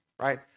right